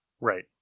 right